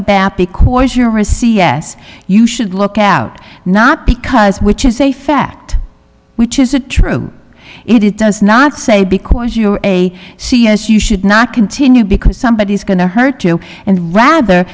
about because you're a c s you should look out not because which is a fact which is a true it does not say because you are a c s you should not continue because somebody is going to hurt you and rather